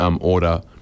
order